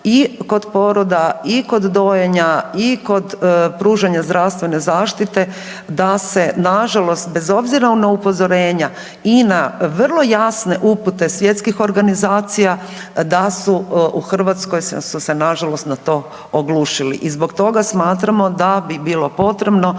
i kod poroda, i kod dojenja i kod pružanja zdravstvene zaštite da se na žalost bez obzira na upozorenja i na vrlo jasne upute svjetskih organizacija da su u Hrvatskoj su se na žalost na to oglušili. I zbog toga smatramo da bi bilo potrebno